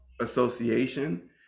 association